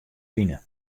pine